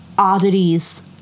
Oddities